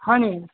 হয় নেকি